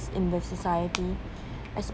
in the society as